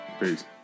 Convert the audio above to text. Peace